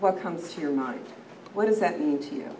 what comes to your mind what does that mean to you